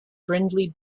brindley